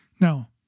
Now